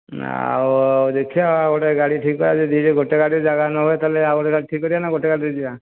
ନା ଆଉ ଦେଖିଆ ଆଉ ଗୋଟିଏ ଗାଡ଼ି ଠିକ କରିବା ଯଦି ଗୋଟିଏ ଗାଡ଼ିରେ ଜାଗା ନ ହୁଏ ଆଉ ଗୋଟିଏ ଗାଡ଼ି ଠିକ କରିବା ନା ଗୋଟିଏ ଗାଡ଼ିରେ ଯିବା